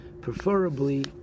preferably